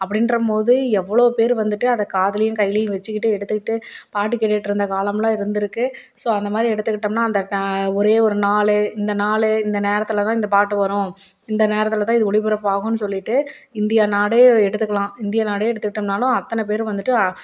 அப்படின்றமோது எவ்வளோ பேர் வந்துவிட்டு அதை காதுலையும் கையிலையும் வச்சுக்கிட்டு எடுத்துக்கிட்டு பாட்டு கேட்டுகிட்டு இருந்த காலம் எல்லாம் இருந்துருக்கு ஸோ அந்த மாதிரி எடுத்துக்கிட்டோம்னா அந்த க ஒரே ஒரு நாள் இந்த நாள் இந்த நேரத்தில் தான் இந்த பாட்டு வரும் இந்த நேரத்தில் தான் இது ஒளிபரப்பாகும் சொல்லிவிட்டு இந்தியா நாடே எடுத்துக்கலாம் இந்திய நாடே எடுத்துக்கிட்டோம்னாலும் அத்தனை பேரும் வந்துவிட்டு